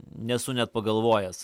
nesu net pagalvojęs